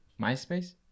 MySpace